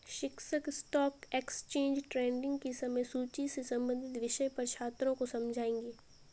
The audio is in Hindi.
शिक्षक स्टॉक एक्सचेंज ट्रेडिंग की समय सूची से संबंधित विषय पर छात्रों को समझाएँगे